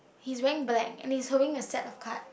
he's wearing black and he's holding a stack of cards